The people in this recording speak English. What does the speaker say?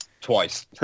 twice